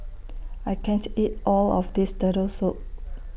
I can't eat All of This Turtle Soup